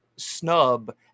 Snub